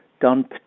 done